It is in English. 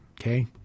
Okay